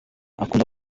akunda